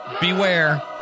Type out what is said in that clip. Beware